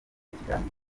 ikiganiro